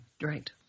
Right